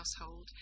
household